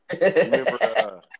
Remember